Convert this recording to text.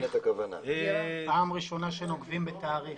פעם ראשונה שנוקבים בתאריך.